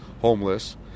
homeless